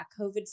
COVID